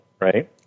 right